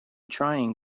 trying